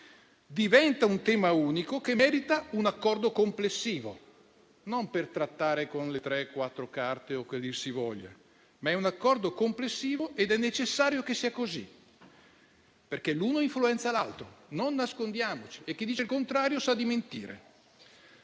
diventa un tema unico che merita un accordo complessivo, non per trattare con le tre, quattro carte o che dir si voglia, ma è un accordo complessivo ed è necessario che sia così, perché l'uno influenza l'altro: non nascondiamocelo, e chi dice il contrario sa di mentire.